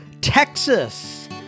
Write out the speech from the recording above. Texas